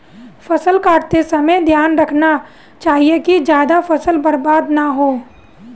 फसल काटते समय हमें ध्यान रखना चाहिए कि ज्यादा फसल बर्बाद न हो